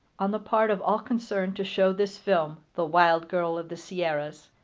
on the part of all concerned, to show this film, the wild girl of the sierras,